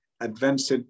advanced